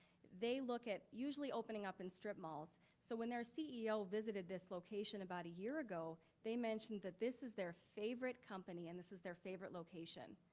they look at usually opening up in strip malls. so when their ceo visited this location about a year ago, they mentioned that this is their favorite company and this is their favorite location.